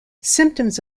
symptoms